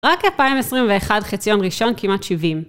רק 2021, חציו ראשון כמעט 70.